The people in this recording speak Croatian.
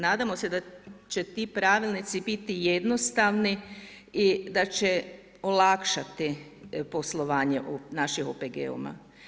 Nadamo da se će ti pravilnici biti jednostavni i da će olakšati poslovanje našim OPG-ovima.